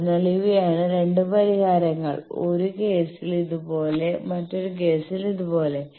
അതിനാൽ ഇവയാണ് 2 പരിഹാരങ്ങൾ 1 കേസിൽ ഇതുപോലെ മറ്റൊരു കേസിൽ ഇത് പോലെ